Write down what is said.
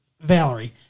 Valerie